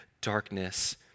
darkness